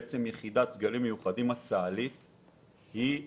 יחידת הסגלים המיוחדים של צה"ל שולטת